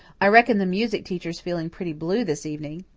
i reckon the music teacher's feeling pretty blue this evening,